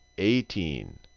eighteen.